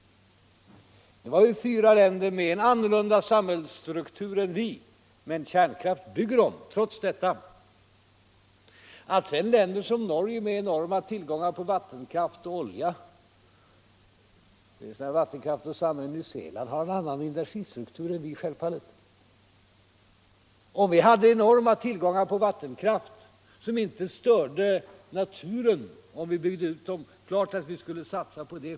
Det är fyra länder med en annan samhällsstruktur än vår, men kärnkraftverk bygger de trots detta. Att sedan länder som Norge med enorma tillgångar av vattenkraft och olja har en annan energistruktur än vi är självklart. Om vi hade enorma tillgångar av vattenkraft och det inte störde naturen om vi byggde ut den, är det klart att vi skulle satsa på det.